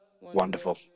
wonderful